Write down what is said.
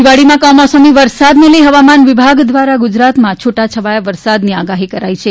દિવાળીમાં કમોસમી વરસાદને લઇ હવામાન વિભાગ દ્વારા ગુજરાતમાં છૂટાછવાયા વરસાદની આગાહી કરાઇ છે